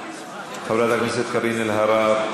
חברת הכנסת קארין אלהרר,